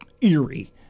eerie